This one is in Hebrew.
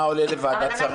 מה עולה לוועדת השרים?